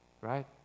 right